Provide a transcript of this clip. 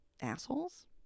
assholes